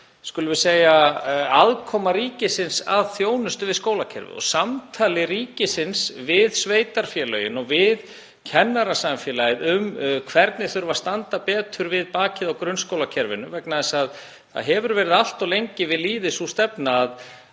að það er aukin aðkoma ríkisins að þjónustu við skólakerfið og samtal ríkisins við sveitarfélögin og við kennarasamfélagið um hvernig þurfi að standa betur við bakið á grunnskólakerfinu. Það hefur verið allt of lengi við lýði sú stefna